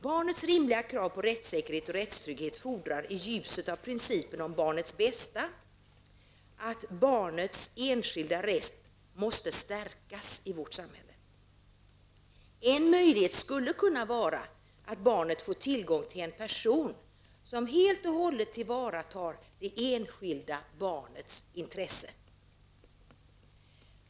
Barnets rimliga krav på rättssäkerhet och rättstrygghet fordrar i ljuset av principen om barnets bästa att barnets röst stärks i vårt samhälle. En möjlighet skulle kunna vara att barnet får tillgång till en person som helt och hållet tillvaratar det enskilda barnets intressen.